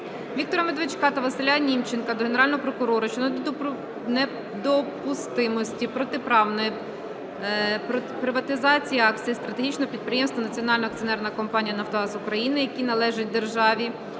Віктора Медведчука та Василя Німченка до Генерального прокурора щодо недопустимості протиправної приватизації акцій стратегічного підприємства "Національна акціонерна компанія "Нафтогаз України", які належать державі,